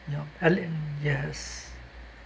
yup at least yes